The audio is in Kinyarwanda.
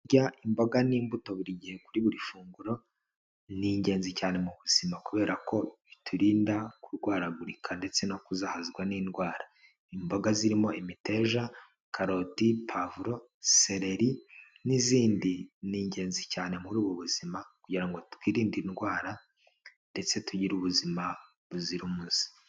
Kurya imboga n'imbuto buri gihe kuri buri funguro, ni ingenzi cyane mu buzima, kubera ko biturinda kurwaragurika ndetse no kuzahazwa n'indwara. Imboga zirimo imiteja, karoti, pavuro, sereri, n'izindi, ni ingenzi cyane muri ubu buzima kugira ngo twirinde indwara, ndetse tugire ubuzima buzira umuze.